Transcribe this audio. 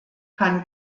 kann